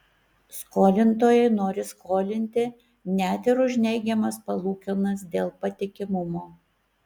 skolintojai nori skolinti net ir už neigiamas palūkanas dėl patikimumo